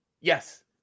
Yes